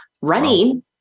running